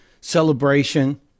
celebration